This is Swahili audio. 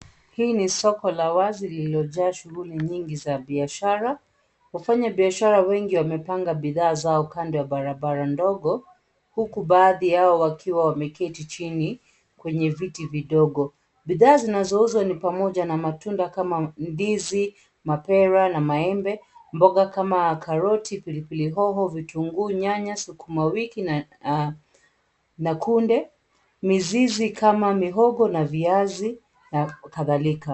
Hili ni soko la wazi lililojaa shughuli nyingi za biashara. Wafanyabiashara wengi wamepanga bidhaa zao kando ya barabara ndogo, huku baadhi yao wakiwa wameketi chini kwenye viti vidogo. Bidhaa zinazouzwa ni pamoja na matunda kama: ndizi, mapera na maembe, mboga kama karoti, pilipili hoho, vitunguu, nyanya, sukuma wiki na kunde. Mizizi kama mihogo na viazi na kadhalika.